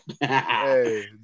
Hey